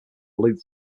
loop